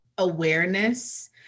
awareness